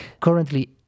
Currently